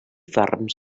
ferms